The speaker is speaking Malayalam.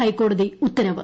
ര ഹൈക്കോടതി ഉത്തരവ്